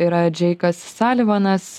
yra džeikas salivanas